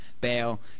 bail